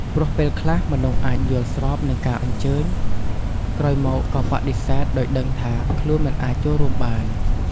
ព្រោះពេលខ្លះ មនុស្សអាចយល់ស្របនឹងការអញ្ជើញ ក្រោយមកក៏បដិសេធដោយដឹងថាខ្លួនមិនអាចចូលរួមបាន។